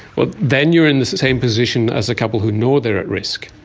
but then you're in the same position as a couple who know they are at risk,